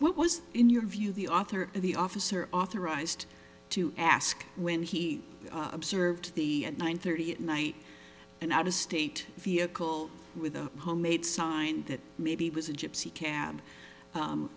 was in your view the author of the officer authorized to ask when he observed the at nine thirty at night and out of state vehicle with a homemade sign that maybe was a gypsy cab